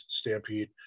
stampede